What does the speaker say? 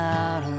out